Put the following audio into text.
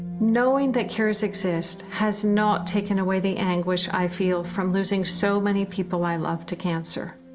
knowing that cures exist has not taken away the anguish i feel from losing so many people i love to cancer.